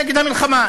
נגד המלחמה,